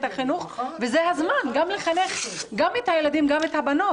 החינוך וזה הזמן לחנך גם את הילדים וגם את הבנות,